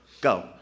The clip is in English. go